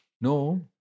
No